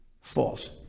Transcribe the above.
false